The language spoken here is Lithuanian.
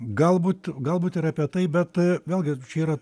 galbūt galbūt ir apie tai bet vėlgi čia yra